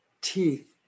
teeth